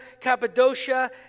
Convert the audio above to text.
Cappadocia